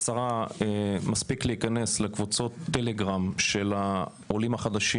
מספיק להיכנס לקבוצות טלגרם של עולים חדשים